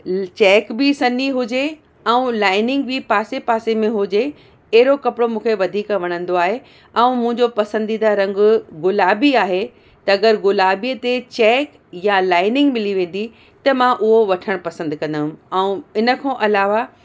ल चैक बि सन्ही हुजे ऐं लाइनिंग बि पासे पासे में हुजे अहिड़ो कपिड़ो मूंखे वधीक वणंदो आहे ऐं मुंहिंजो पसंदीदा रंग गुलाबी आहे त अगरि गुलाबीअ ते चैक या लाइनिंग मिली वेंदी त मां उहो वठणु पसंदि कंदमि ऐं इन खां अलावा